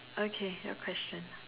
okay your question